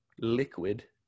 liquid